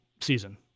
season